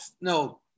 no